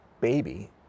baby